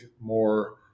more